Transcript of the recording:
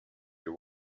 you